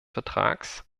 vertrags